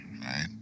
right